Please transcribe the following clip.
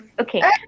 Okay